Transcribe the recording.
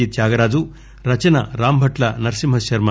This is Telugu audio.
జి త్యాగ రాజు రచన రాంభట్ల నృసింహ శర్మ